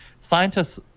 Scientists